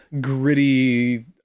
gritty